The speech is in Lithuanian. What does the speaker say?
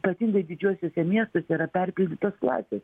ypatingai didžiuosiuose miestuose yra perpildytos klasės